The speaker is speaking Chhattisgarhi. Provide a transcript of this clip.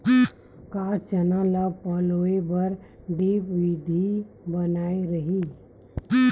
का चना ल पलोय बर ड्रिप विधी बने रही?